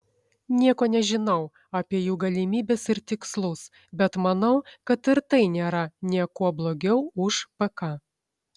nieko nežinau apie jų galimybes ir tikslus bet manau kad ir tai nėra niekuo blogiau už pk